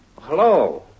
Hello